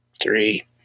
three